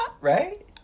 right